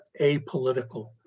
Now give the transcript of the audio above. apolitical